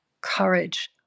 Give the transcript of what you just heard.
Courage